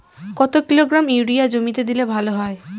কত kilogram urea জমিতে দিলে ভালো হয়?